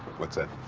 what's that?